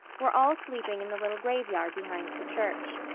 were all sleeping in the little graveyard behind the church.